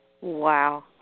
Wow